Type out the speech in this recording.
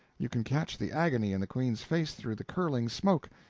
you can catch the agony in the queen's face through the curling smoke.